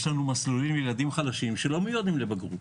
יש גם מסלולים לילדים חלשים שלא מיועדים לבגרות.